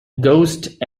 ghost